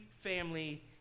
family